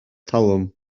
talwm